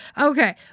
Okay